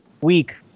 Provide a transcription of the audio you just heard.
week